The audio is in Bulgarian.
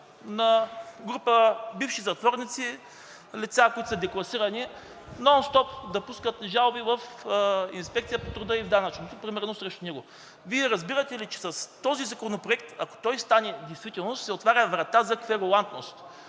на група бивши затворници, лица, които са декласирани, нонстоп да пускат жалби в Инспекцията по труда и в Данъчното примерно срещу него. Вие разбирате ли, че с този законопроект, ако той стане действителност, се отваря врата за кверулантност.